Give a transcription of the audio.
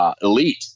Elite